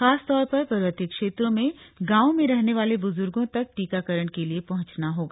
खासतौर पर पर्वतीय क्षेत्रों के गांवों में रहने वाले बूज्र्गों तक टीकाकरण के लिए पहंचना होगा